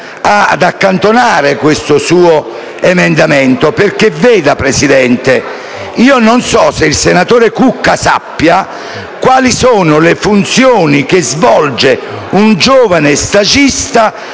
ad accantonare questo suo emendamento. Vede, signora Presidente, non so se il senatore Cucca sa quali siano le funzioni che svolge un giovane stagista